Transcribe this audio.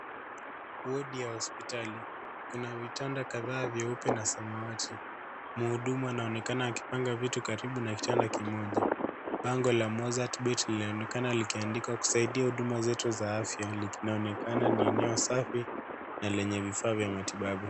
Wodi ya hospitali, kuna vitanda kadhaa vyeupe, na samawati. Mhudumu anaonekana akipanga vitu karibu na kitanda kimoja. Bango la mozzart bet , linaonekana likiandikwa kusaidia huduma zetu za afya. Linaonekana ni eneo safi, na lenye vifaa vya matibabu.